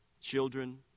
children